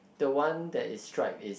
the one that is striped is